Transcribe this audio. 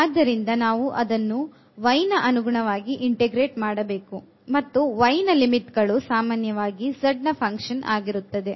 ಆದ್ದರಿಂದ ನಾವು ಅದನ್ನು y ನ ಅನುಗುಣವಾಗಿ integrate ಮಾಡಬೇಕು ಮತ್ತು y ನ ಲಿಮಿಟ್ ಗಳು z ನ ಫಂಕ್ಷನ್ ಆಗಿರುತ್ತದೆ